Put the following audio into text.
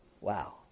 Wow